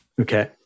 okay